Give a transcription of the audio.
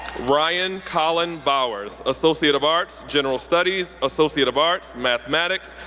ryan colin bowers, associate of arts, general studies, associate of arts, mathematics,